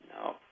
No